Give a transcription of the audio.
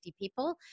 people